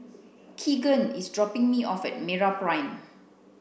Keegan is dropping me off at MeraPrime